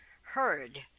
heard